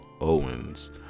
Owens